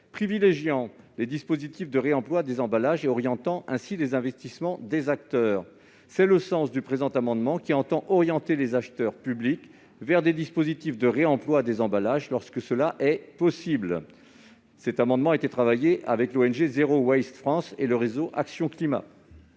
privilégiant les dispositifs de réemploi des emballages et orientant ainsi les investissements des acteurs. Cet amendement vise donc à orienter les acheteurs publics vers des dispositifs de réemploi des emballages, lorsque cela est possible. Cet amendement a été travaillé avec l'ONG Zero Waste France et le Réseau Action Climat.